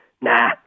Nah